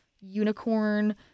unicorn